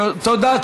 תודה.